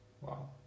Wow